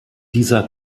dieser